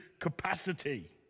capacity